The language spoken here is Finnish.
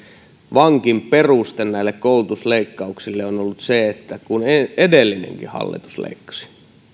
vankin peruste koulutusleikkauksille on ollut se että kun edellinenkin hallitus leikkasi